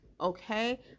okay